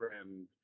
friend